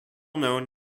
known